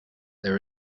there